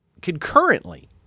Concurrently